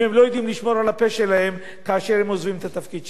יודעים לשמור על הפה שלהם כאשר הם עוזבים את התפקיד שלהם.